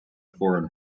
foreign